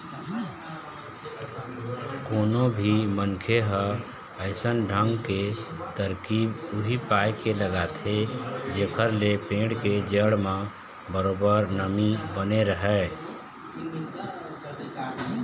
कोनो भी मनखे ह अइसन ढंग के तरकीब उही पाय के लगाथे जेखर ले पेड़ के जड़ म बरोबर नमी बने रहय